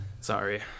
Sorry